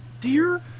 Dear